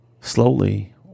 Slowly